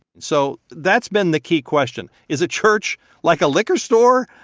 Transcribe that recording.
so that's been the key question. is a church like a liquor store,